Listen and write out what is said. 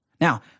Now